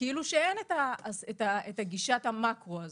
כאילו שאין גישת המקרו הזאת.